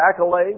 accolades